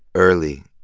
early.